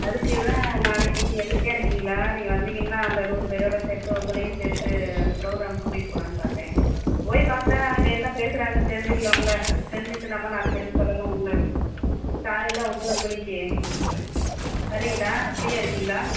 அதுக்கு தான் நாளைக்கு நீங்கள் ஃப்ரீயாக இருக்கீங்களா நீங்கள் வந்தீங்கன்னால் அந்த நூறு பேரோடு சேர்த்து உங்களையும் சேர்த்து அந்த ப்ரோக்ராம்க்கு கூட்டிகிட்டுப் போகலான்னு பார்த்தேன் போய் பார்த்தா அங்கே என்ன பேசுகிறாங்கன்னு தெரிஞ்சுக்கலாம்ல தெரிஞ்சிகிட்டு நம்ம நாலு பேருக்கு சொல்லலாம்ல காலையில் ஒம்பது மணிக்கு வரீங்களா ஃப்ரீயாக இருக்கீங்களா